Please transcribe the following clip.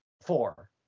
Four